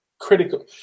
Critical